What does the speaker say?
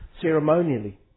ceremonially